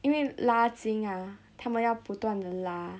因为拉筋啊他们要不断的拉